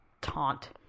taunt